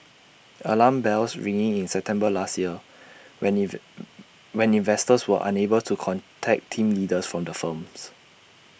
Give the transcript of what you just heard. alarm bells ringing in September last year when when investors were unable to contact team leaders from the firms